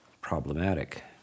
problematic